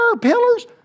pillars